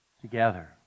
Together